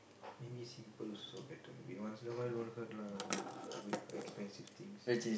maybe simple it's also better maybe once in a while don't hurt lah with with expensive things and